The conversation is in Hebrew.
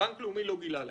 בנק לאומי לא גילה להם.